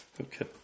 Okay